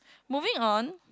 moving on